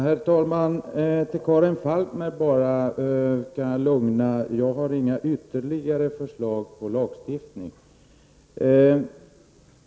Herr talman! Karin Falkmer kan jag lugna med att jag inte har några ytterligare förslag till lagstiftning.